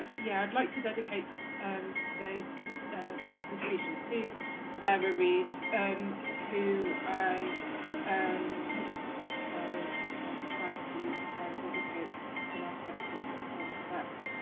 but yeah i would like to dedicate um today's ah contribution to sarah reid who i um i tried to dedicate an aspect of that